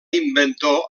inventor